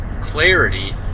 clarity